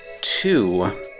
two